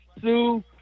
Sue